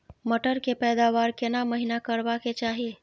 मटर के पैदावार केना महिना करबा के चाही?